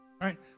right